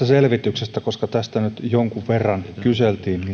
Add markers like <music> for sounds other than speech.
<unintelligible> selvityksestä koska tästä nyt jonkun verran kyseltiin